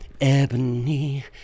Ebony